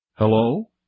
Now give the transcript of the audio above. Hello